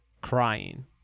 crying